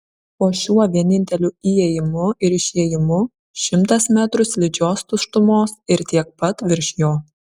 po šiuo vieninteliu įėjimu ir išėjimu šimtas metrų slidžios tuštumos ir tiek pat virš jo